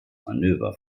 manöver